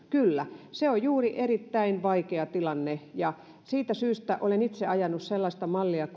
kyllä se on juuri erittäin vaikea tilanne ja siitä syystä olen itse ajanut sellaista mallia